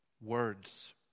words